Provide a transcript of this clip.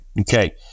okay